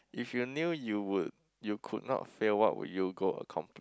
if you knew you would you could not fail what would you go accomplish